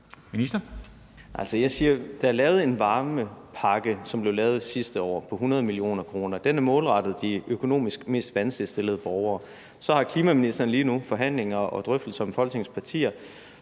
Kollerup): Altså, jeg siger: Der er lanceret en ny varmepakke på 100 mio. kr., som blev lavet sidste år. Den er målrettet de økonomisk mest vanskeligt stillede borgere. Så har klimaministeren lige nu forhandlinger og drøftelser med Folketingets partier